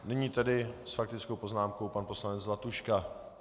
Nyní tedy s faktickou poznámkou pan poslanec Zlatuška.